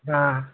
हाँ